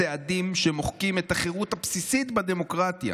צעדים שמוחקים את החירות הבסיסית בדמוקרטיה